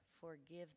forgive